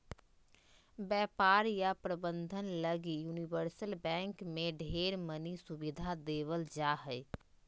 व्यापार या प्रबन्धन लगी यूनिवर्सल बैंक मे ढेर मनी सुविधा देवल जा हय